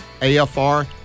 AFR